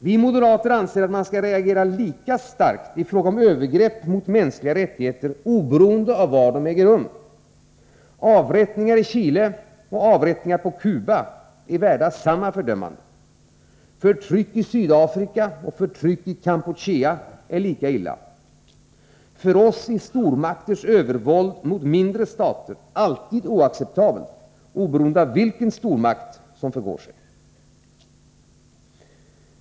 Vi moderater anser att man skall reagera lika starkt i fråga om övergrepp mot mänskliga rättigheter oberoende av var de äger rum. Avrättningar i Chile och avrättningar på Cuba är värda samma fördömande. Förtryck i Sydafrika och förtryck i Kampuchea är lika illa. För oss är stormakters övervåld mot mindre stater alltid oacceptabelt, oberoende av vilken stormakt som förgår sig.